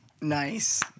Nice